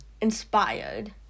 Inspired